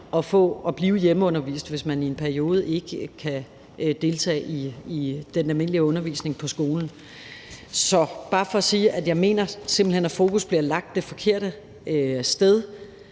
at blive hjemmeundervist, hvis man i en periode ikke kan deltage i den almindelige undervisning på skolen. Så det er bare for at sige, at jeg simpelt hen mener, at fokus bliver lagt det forkerte sted,